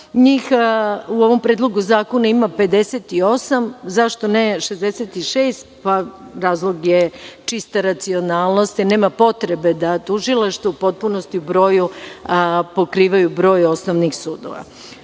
Njih u ovom predlogu zakona ima 58. Zašto ne 66? Razlog je čista racionalnost. Nema potrebe da tužilaštvo u potpunosti u broju pokrivaju broj osnovnih sudova. Jedan